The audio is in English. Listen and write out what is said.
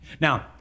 Now